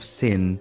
sin